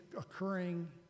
occurring